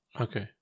okay